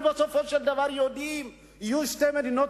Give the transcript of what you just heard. בסופו של דבר אנחנו יודעים שיהיו שתי מדינות